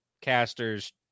casters